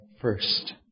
first